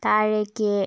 താഴേയ്ക്ക്